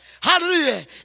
Hallelujah